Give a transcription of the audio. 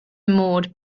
maude